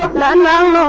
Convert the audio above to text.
man man